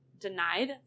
denied